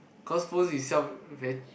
cause phone itself very